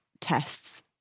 tests